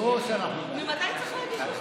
ברור שאנחנו בעד.